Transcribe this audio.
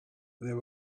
there